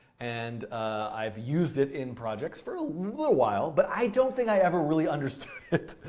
and i've used it in projects for a little while, but i don't think i ever really understood.